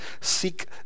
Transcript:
seek